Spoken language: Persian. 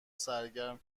سرگرم